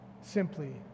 simply